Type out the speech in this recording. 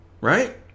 right